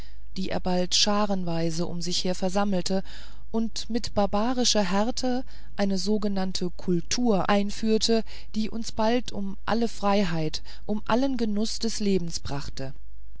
die er bald scharenweise um sich her versammelte und mit barbarischer härte eine sogenannte kultur einführte die uns bald um alle freiheit um allen genuß des lebens brachte